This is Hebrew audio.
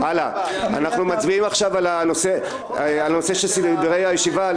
אנחנו מצביעים עכשיו על נושא של סדרי הישיבה.